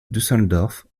düsseldorf